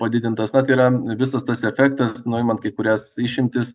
padidintas na tai yra visas tas efektas nuimant kai kurias išimtis